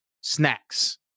snacks